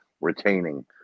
retaining